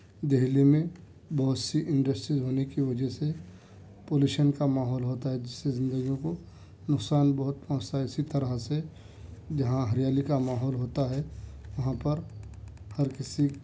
دہلی میں بہت سی انڈسٹری ہونے کی وجہ سے پولوشن کا ماحول ہوتا ہے جس سے زندگیوں کو نقصان بہت پہنچتا ہے اسی طرح سے جہاں ہریالی کا ماحول ہوتا ہے وہاں پر ہر کسی